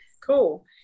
cool